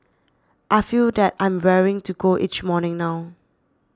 I feel that I'm raring to go each morning now